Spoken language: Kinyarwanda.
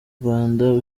rwanda